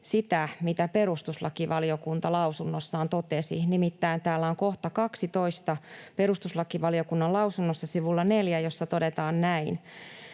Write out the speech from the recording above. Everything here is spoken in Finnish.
sitä, mitä perustuslakivaliokunta lausunnossaan totesi. Nimittäin täällä perustuslakivaliokunnan lausunnossa sivulla 4 on kohta 12, jossa todetaan näin: